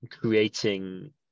creating